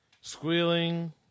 Squealing